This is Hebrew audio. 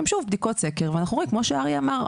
הן שוב בדיקות סקר וכמו שאריה אמר,